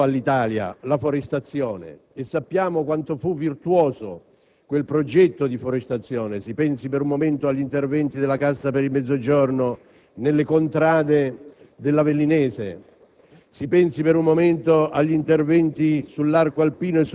Noi che ricordiamo quanto costò all'Italia la forestazione e sappiamo quanto fu virtuoso quel progetto di forestazione (si pensi per un momento agli interventi della Cassa per il Mezzogiorno nelle contrade dell'Avellinese,